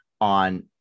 on